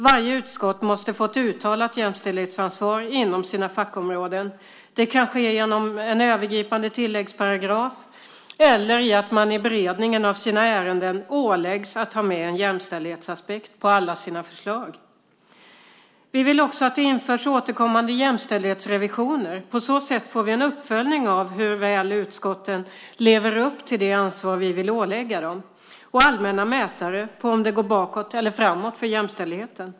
Varje utskott måste få ett uttalat jämställdhetsansvar inom sina fackområden. Det kan ske genom en övergripande tilläggsparagraf eller att man i beredningen av sina ärenden åläggs att ta med en jämställdhetsaspekt på alla sina förslag. Vi vill också att det införs återkommande jämställdhetsrevisioner. På så sätt får vi en uppföljning av hur väl utskotten lever upp till det ansvar vi vill ålägga dem och allmänna mätare på om det går bakåt eller framåt för jämställdheten.